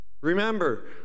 Remember